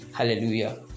hallelujah